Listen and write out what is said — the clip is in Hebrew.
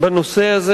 בנושא הזה.